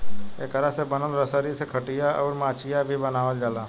एकरा से बनल रसरी से खटिया, अउर मचिया भी बनावाल जाला